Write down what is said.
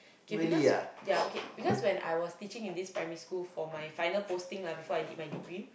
kay because yeah okay because when I was teaching in this primary school for my final posting lah before I did my degree